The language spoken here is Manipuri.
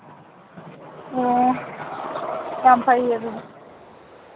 ꯑꯣ ꯌꯥꯝ ꯐꯩꯌꯦ ꯑꯗꯨꯗꯤ